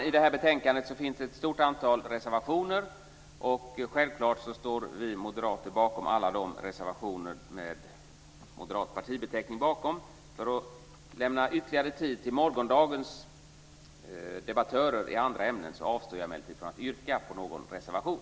I det här betänkandet finns ett stort antal reservationer. Självklart står vi moderater bakom alla reservationer med moderat partibeteckning. För att lämna ytterligare tid till morgondagens debattörer i andra ämnen avstår jag emellertid från att yrka på någon reservation.